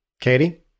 Katie